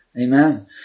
Amen